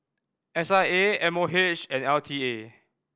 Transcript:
S I A M O H and L T A